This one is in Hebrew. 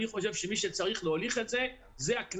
אני חושב שמי שצריך להוליך את זה היא הכנסת,